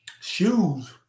shoes